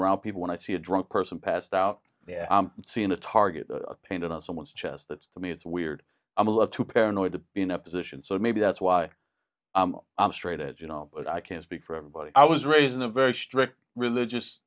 around people when i see a drunk person passed out seeing a target painted on someone's chest that's to me it's weird i'm a little too paranoid to be in a position so maybe that's why i'm straight as you know but i can't speak for everybody i was raised in a very strict religious